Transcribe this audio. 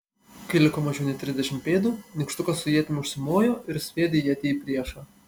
kai liko mažiau nei trisdešimt pėdų nykštukas su ietimi užsimojo ir sviedė ietį į priešą